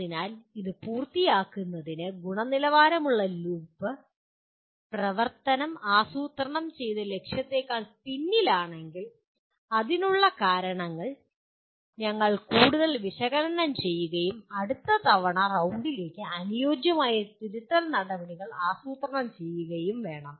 അതിനാൽ ഇത് പൂർത്തിയാക്കുന്നതിന് ഗുണനിലവാരമുള്ള ലൂപ്പ് പ്രവർത്തനം ആസൂത്രണം ചെയ്ത ലക്ഷ്യത്തെക്കാൾ പിന്നിലാണെങ്കിൽ അതിനുള്ള കാരണങ്ങൾ ഞങ്ങൾ കൂടുതൽ വിശകലനം ചെയ്യുകയും അടുത്ത തവണത്തേക്ക് അനുയോജ്യമായ തിരുത്തൽ നടപടികൾ ആസൂത്രണം ചെയ്യുകയും വേണം